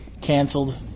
canceled